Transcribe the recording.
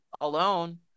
alone